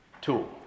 tool